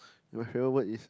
my favourite word is